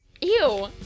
Ew